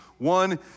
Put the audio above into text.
One